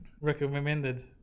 recommended